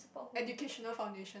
educational foundation